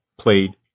played